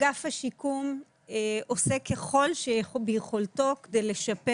אגף השיקום עושה ככל שביכולתו כדי לשפר